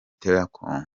telecom